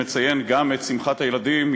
שנחזיר את קצבאות הילדים,